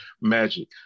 magic